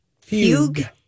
Fugue